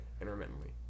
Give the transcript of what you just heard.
intermittently